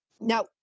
Now